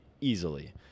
easily